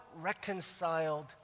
reconciled